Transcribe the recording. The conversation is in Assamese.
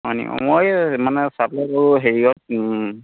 হয় নেকি অ' মই মানে ছাপ্লাই কৰোঁ হেৰিয়ত